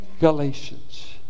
Galatians